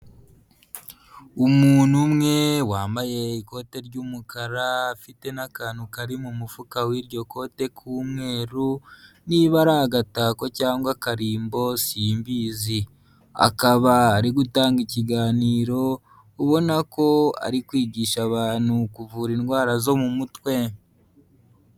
Umuntu umwe wambaye ikote ry'umukara, afite n'akantu kari mu mufuka w'iryo kote k'umweru, niba ari agatako cyangwa akarimbo simbizi, akaba ari gutanga ikiganiro, ubona ko ari kwigisha abantu kuvura indwara zo mu mutwe.